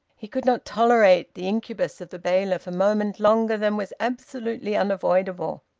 he could not tolerate the incubus of the bailiff a moment longer than was absolutely unavoidable.